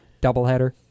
doubleheader